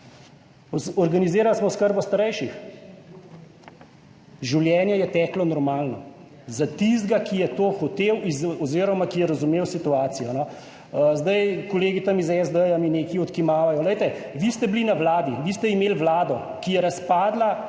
Organizirali smo oskrbo starejših. Življenje je teklo normalno za tistega, ki je to hotel oziroma ki je razumel situacijo. Kolegi tam iz SD mi nekaj odkimavajo. Glejte, vi ste bili na vladi, vi ste imeli vlado, ki je razpadla